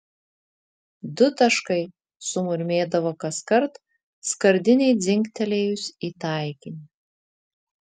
du taškai sumurmėdavo kaskart skardinei dzingtelėjus į taikinį